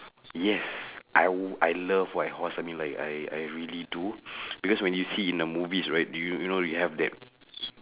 yes I would I love white horse I mean like I I really do because when you see in the movies right you you know you have that